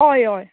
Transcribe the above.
हय हय